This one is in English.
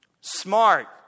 smart